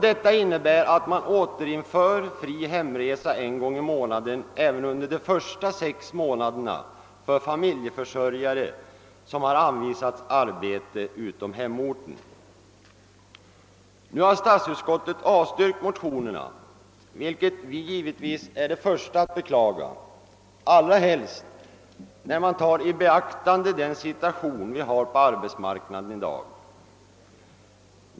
Detta innebär att man återinför fri hemresa en gång i månaden även under de första sex månaderna för familjeförsörjare som har anvisats arbete utom hemorten. Nu har statsutskottet avstyrkt motionerna, vilket vi givetvis är de första att beklaga, allra helst när vi tar i beaktande den situation som råder på arbetsmarknaden i dag.